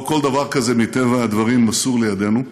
לא כל דבר כזה, מטבע הדברים, מסור לידינו,